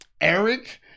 eric